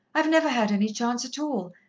i've never had any chance at all,